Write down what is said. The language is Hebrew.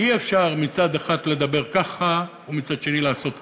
אי-אפשר מצד אחד לדבר ככה ומצד שני לעשות ככה.